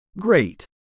Great